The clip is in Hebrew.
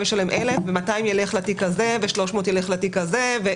ישלם 1,000 ו-200 ילכו לתיק הזה ו-300 לתיק הזה.